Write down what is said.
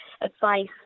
advice